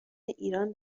ایران